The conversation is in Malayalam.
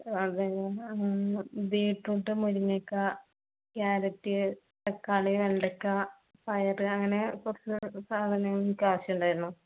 അതെ ബീട്രൂട്ട് മുരിങ്ങക്ക ക്യാരറ്റ് തക്കാളി വെണ്ടയ്ക്ക പയറ് അങ്ങനെ കുറച്ച് സാധനം ഒക്കെ ആവശ്യം ഉണ്ടായിരുന്നു